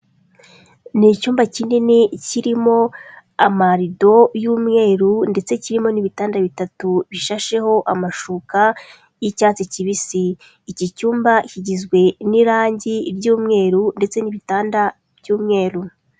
Ni icyumba kinini kirimo amarido y'umweru ndetse kirimo n'ibitanda bitatu bishasheho amashuka y'icyatsi kibisi. Iki cyumba kigizwe n'irange ry'umweru ndetse n'ibitanda by'umweru.